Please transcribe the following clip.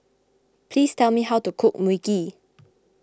please tell me how to cook Mui Kee